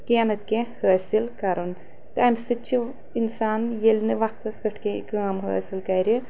کینٛہہ نتہٕ کینٛہہ حٲصِل کرُن تمہِ سۭتۍ چھِ انسان ییٚلہِ نہٕ وقتس پٮ۪ٹھ کینٛہہ کٲم حٲصِل کرِ